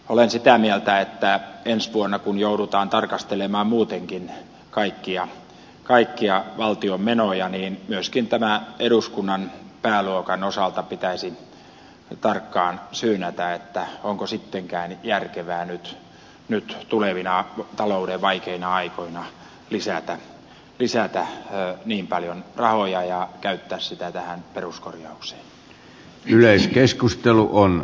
olen sitä mieltä että ensi vuonna kun joudutaan tarkastelemaan muutenkin kaikkia valtion menoja myöskin tämän eduskunnan pääluokan osalta pitäisi tarkkaan syynätä onko sittenkään järkevää nyt tulevina talouden vaikeina aikoina lisätä niin paljon rahoja ja käyttää niitä tähän peruskorjaukseen